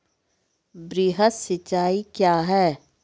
वृहद सिंचाई कया हैं?